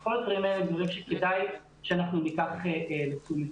אז כל הדברים האלה הם דברים שכדאי שאנחנו ניקח לתשומת ליבנו.